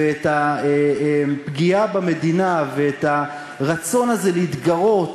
את הפגיעה במדינה ואת הרצון הזה להתגרות